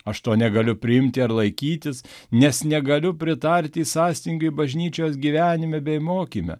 aš to negaliu priimti ar laikytis nes negaliu pritarti sąstingiui bažnyčios gyvenime bei mokyme